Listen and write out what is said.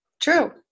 True